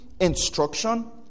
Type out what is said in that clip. instruction